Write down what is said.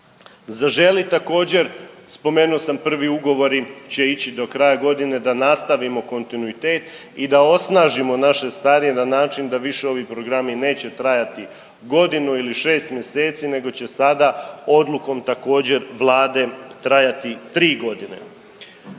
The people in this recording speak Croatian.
Zaželi također, spomenuo sam prvi ugovori će ići do kraja godine da nastavimo kontinuitet i da osnažimo naše starije na način da više ovi programi neće trajati godinu ili 6 mjeseci nego će sada odlukom također Vlade, trajati 3 godine.